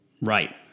Right